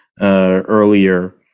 earlier